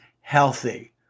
healthy